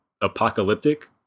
apocalyptic